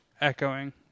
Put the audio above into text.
echoing